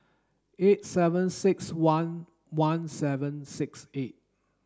eight seven six one one seven six eight